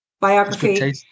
biography